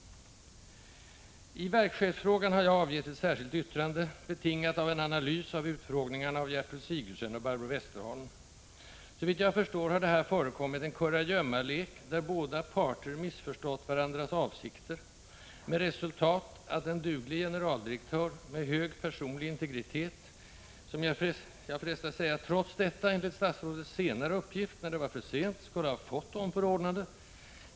I verkchefsfrågan har jag avgivit ett särskilt yttrande, betingat av en analys av utfrågningarna av Gertrud Sigurdsen och Barbro Westerholm. Såvitt jag förstår har det här förekommit en kurragömmalek, där båda parter missförstått varandras avsikter. Här fanns en duglig generaldirektör med hög personlig integritet som — trots detta, frestas jag säga — enligt statsrådets senare uppgift, när det var för sent, skulle ha fått omförordnande.